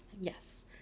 Yes